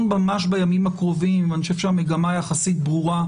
ממש בימים הקרובים אני חושב שהמגמה יחסית ברורה,